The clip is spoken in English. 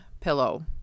Pillow